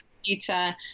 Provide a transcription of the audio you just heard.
computer